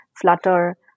Flutter